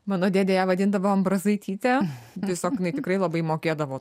mano dėdė ją vadindavo ambrazaityte tiesiog jinai tikrai labai mokėdavo